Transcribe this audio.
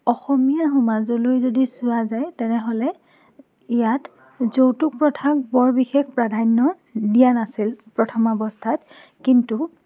অসমীয়া সমাজলৈ যদি চোৱা যায় তেনেহ'লে ইয়াত যৌতুক প্ৰথা বৰ বিশেষ প্ৰাধান্য দিয়া নাছিল প্ৰথমাৱস্থাত কিন্তু